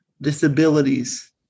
disabilities